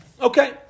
Okay